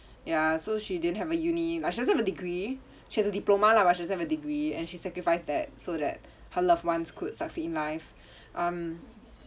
ya so she didn't have a uni like she doesn't have a degree she has a diploma lah but she doesn't have a degree and she sacrificed that so that her loved ones could succeed in life um